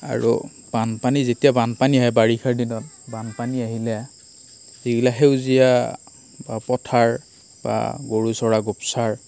আৰু বানপানী যেতিয়া বানপানী আহে বাৰিষাৰ দিনত বানপানী আহিলে যিগিলা সেউজীয়া বা পথাৰ বা গৰু চৰা গোপচাৰ